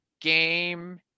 game